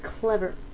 clever